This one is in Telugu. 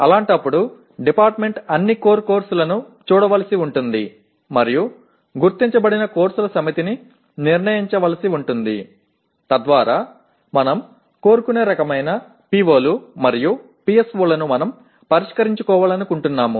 అలాంటప్పుడు డిపార్టుమెంటు అన్ని కోర్ కోర్సులను చూడవలసి ఉంటుంది మరియు గుర్తించబడిన కోర్సుల సమితిని నిర్ణయించవలసి ఉంటుంది తద్వారా మనం కోరుకునే రకమైన POలు మరియు PSOలను మనం పరిష్కరించుకోవాలనుకుంటున్నాము